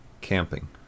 Camping